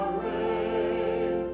rain